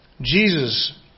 Jesus